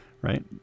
right